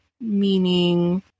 meaning